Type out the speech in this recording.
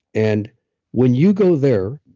and when you go there,